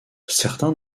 certains